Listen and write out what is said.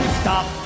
stop